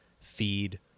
feed